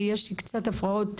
ואז רשויות חלשות לא יוכלו להוסיף,